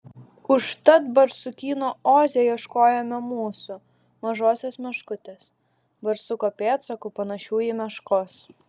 užtat barsukyno oze ieškojome mūsų mažosios meškutės barsuko pėdsakų panašių į meškos